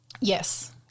Yes